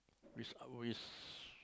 we we